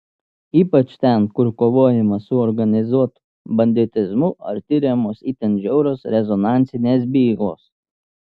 ypač ten kur kovojama su organizuotu banditizmu ar tiriamos itin žiaurios rezonansinės bylos